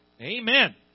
Amen